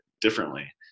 differently